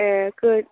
ए गो